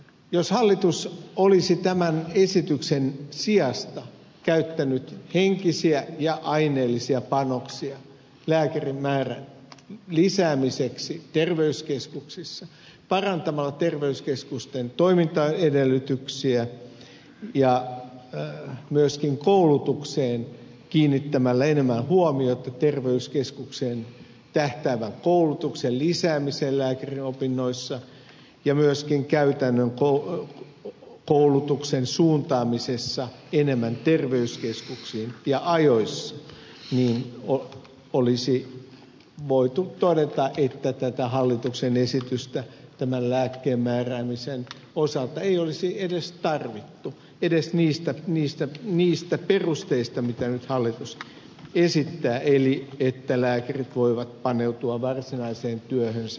jos hallitus olisi tämän esityksen sijasta käyttänyt henkisiä ja aineellisia panoksia lisäämällä lääkärien määrää terveyskeskuksissa parantamalla terveyskeskusten toimintaedellytyksiä ja myöskin kiinnittämällä enemmän huomiota koulutukseen lisäämällä terveyskeskukseen tähtäävää koulutusta lääkäriopinnoissa ja myöskin suuntaamalla käytännön koulutusta enemmän terveyskeskuksiin ja ajoissa niin olisi voitu todeta että tätä hallituksen esitystä tämän lääkkeenmääräämisen osalta ei olisi edes tarvittu edes niistä perusteista mitä nyt hallitus esittää eli että lääkärit voivat paneutua varsinaiseen työhönsä